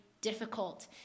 difficult